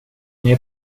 ner